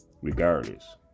regardless